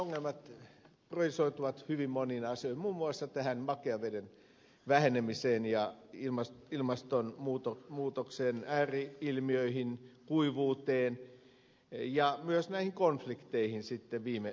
ilmastonmuutoksen ongelmat johtavat moniin ongelmiin muun muassa makean veden vähenemiseen ja ilmastonmuutoksen ääri ilmiöihin kuivuuteen ja myös konflikteihin sitten viime sijassa